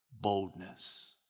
boldness